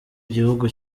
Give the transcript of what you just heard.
gihugu